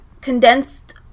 condensed